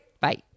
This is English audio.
Bye